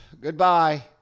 Goodbye